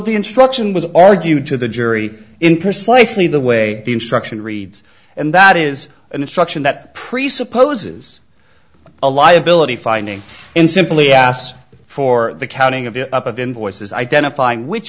the instruction was argued to the jury in precisely the way the instruction reads and that is an instruction that presupposes a liability finding and simply asked for the counting of of invoices identifying which